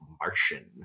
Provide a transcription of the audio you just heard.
martian